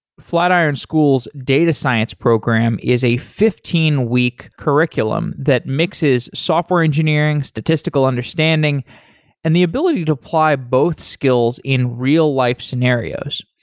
flatiron school's data science program is a fifteen week curriculum that mixes software engineering, statistical understanding and the ability to apply both skills in real-life scenarios.